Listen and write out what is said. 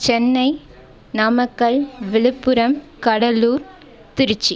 Chennai Namakkal Viluppuram Cuddalore Trichy